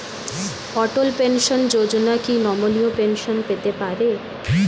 অটল pension Yojana কি নমনীয় pension পেতে পারে?